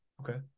Okay